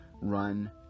run